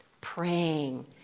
Praying